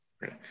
right